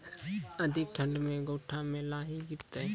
अधिक ठंड मे गोटा मे लाही गिरते?